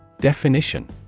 Definition